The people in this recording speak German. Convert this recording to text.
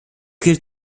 gilt